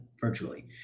virtually